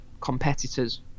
competitors